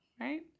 Right